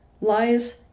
Lies